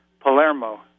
Palermo